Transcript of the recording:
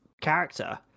character